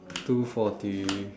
two forty